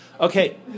Okay